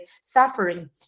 suffering